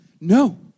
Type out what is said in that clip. no